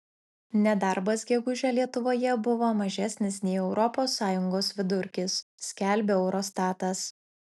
nedarbas gegužę lietuvoje buvo mažesnis nei europos sąjungos vidurkis skelbia eurostatas